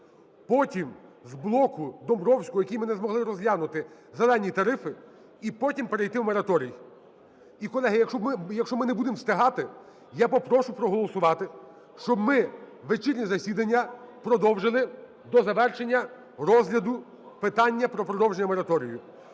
Потім з блоку Домбровського, який ми не змогли розглянути, "зелені" тарифи. І потім перейти в мораторій. І, колеги, якщо ми не будемо встигати, я попрошу проголосувати, щоб ми вечірнє засідання продовжили до завершення розгляду питання про продовження мораторію.